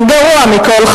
וגרוע מכול,